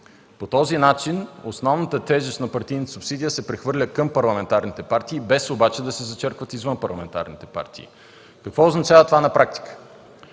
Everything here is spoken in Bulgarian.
По този начин основната тежест на партийната субсидия се прехвърля към парламентарните партии без обаче да се зачеркват извънпарламентарните партии. Какво означава това на практика?